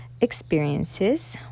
experiences